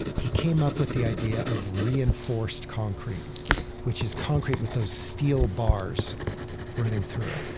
he came up with the idea of reinforced concrete which is concrete with those steel bars running through it.